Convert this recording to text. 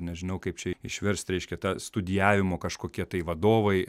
nežinau kaip čia išverst reiškia ta studijavimo kažkokie tai vadovai